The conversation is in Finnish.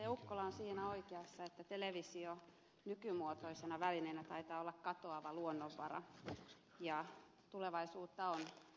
ukkola on siinä oikeassa että televisio nykymuotoisena välineenä taitaa olla katoava luonnonvara ja tulevaisuutta ovat verkot joissa sisältö liikkuu